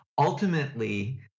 Ultimately